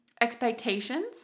expectations